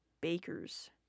bakers